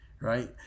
right